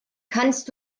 kannst